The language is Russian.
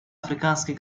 африканских